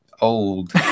old